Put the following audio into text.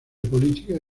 política